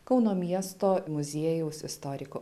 kauno miesto muziejaus istoriku